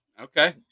Okay